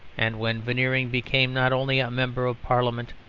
and when veneering became not only a member of parliament,